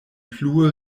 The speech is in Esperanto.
plue